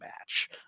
match